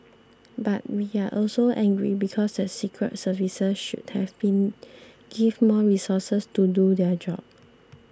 but we are also angry because the secret services should have been give more resources to do their job